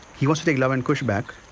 he wants to take luv and kush back,